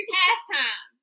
halftime